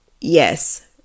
yes